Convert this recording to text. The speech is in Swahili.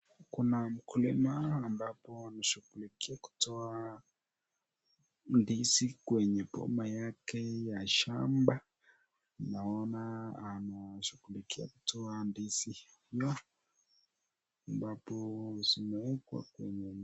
Kuna mkulima ambapo anashughulikia kutoa ndizi kwenye boma yake ya shamba, naona anashughulikia kutoa ndizi hiyo, ambapo zimeekwa kwenye